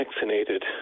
vaccinated